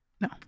No